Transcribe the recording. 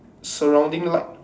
surrounding light